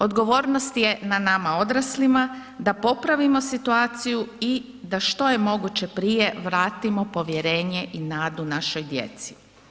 Odgovornost je na nama odraslima da popravimo situaciju i da što je moguće prije vratimo povjerenje i nadu našoj djeci.